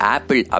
Apple